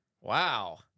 Wow